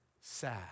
sad